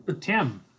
Tim